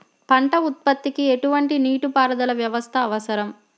పంట ఉత్పత్తికి ఎటువంటి నీటిపారుదల వ్యవస్థ అవసరం?